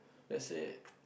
let's say